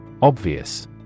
Obvious